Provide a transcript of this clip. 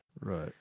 Right